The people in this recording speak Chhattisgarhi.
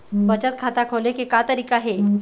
बचत खाता खोले के का तरीका हे?